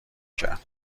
کرد